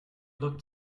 looked